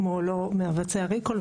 כמו לא מבצע ריקול,